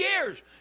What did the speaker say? years